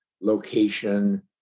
location